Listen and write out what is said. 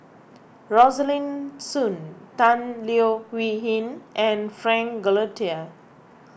Rosaline Soon Tan Leo Wee Hin and Frank Cloutier